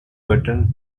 buttons